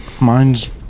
Mine's